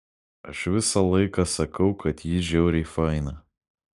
aš visą laiką sakau kad ji žiauriai faina